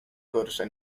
gorsza